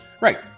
Right